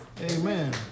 Amen